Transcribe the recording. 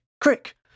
Crick